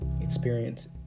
experience